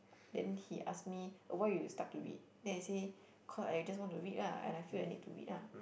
then he ask me why you start to read then I say cause I just want to read lah and I feel I need to read ah